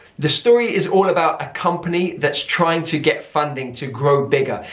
the story is all about a company that's trying to get funding to grow bigger.